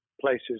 places